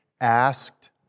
asked